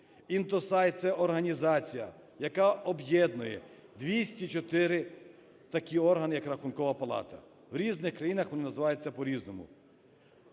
INTOSAI – це організація, яка об'єднує 204 такі органи, як Рахункова палата, в різних країнах вони називаються по-різному.